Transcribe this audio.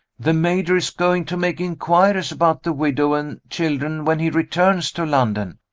the major is going to make inquiries about the widow and children when he returns to london.